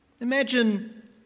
Imagine